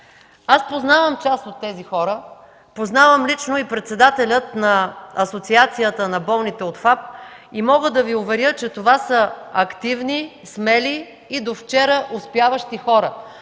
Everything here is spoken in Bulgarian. Аз познавам част от тези хора, познавам лично и председателя на Асоциацията на болните от ФАБ и мога да Ви уверя, че това са активни, смели и до вчера успяващи хора,